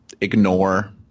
ignore